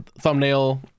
thumbnail